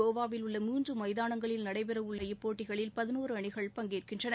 கோவாவில் உள்ள மூன்று மைதானங்களில் நடைபெற உள்ள இப்போட்டியில் பதினோரு அணிகள் பங்கேற்கின்றன